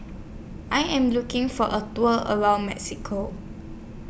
I Am looking For A Tour around Mexico